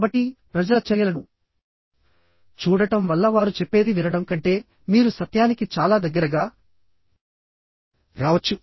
కాబట్టి ప్రజల చర్యలను చూడటం వల్ల వారు చెప్పేది వినడం కంటే మీరు సత్యానికి చాలా దగ్గరగా రావచ్చు